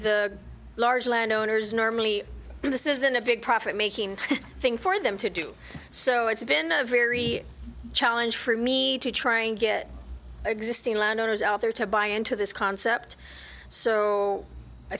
the large landowners normally this isn't a big profit making thing for them to do so it's been a very challenge for me to trying to get existing land owners out there to buy into this concept so i